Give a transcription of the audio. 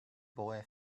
boy